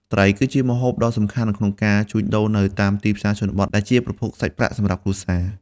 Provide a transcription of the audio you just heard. ត្រីគឺជា ម្ហូប ដ៏សំខាន់ក្នុងការជួញដូរនៅតាមទីផ្សារជនបទ ដែលជាប្រភពសាច់ប្រាក់សម្រាប់គ្រួសារ។